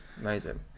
Amazing